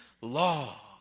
law